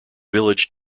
village